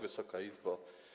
Wysoka Izbo!